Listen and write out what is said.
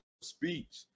speech